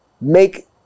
make